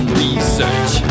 research